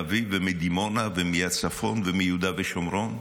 אביב ומדימונה ומהצפון ומיהודה ושומרון,